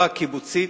לחברה הקיבוצית,